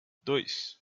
dois